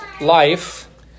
Life